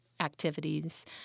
activities